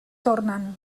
tornen